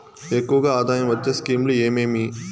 ఎక్కువగా ఆదాయం వచ్చే స్కీమ్ లు ఏమేమీ?